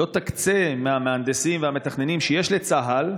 לא תקצה מהמהנדסים והמתכננים שיש לצה"ל,